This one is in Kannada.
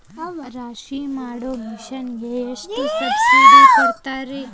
ರಾಶಿ ಮಾಡು ಮಿಷನ್ ಗೆ ಎಷ್ಟು ಸಬ್ಸಿಡಿ ಕೊಡ್ತಾರೆ?